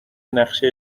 نقشه